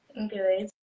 Okay